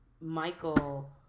michael